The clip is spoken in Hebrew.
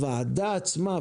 הוועדה עצמה,